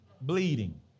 Bleeding